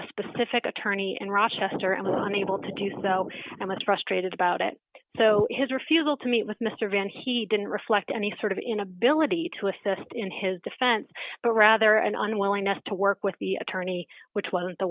a specific attorney in rochester and one able to do so and that's frustrated about it so his refusal to meet with mr van he didn't reflect any sort of inability to assist in his defense but rather an unwillingness to work with the attorney which wasn't the